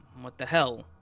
what-the-hell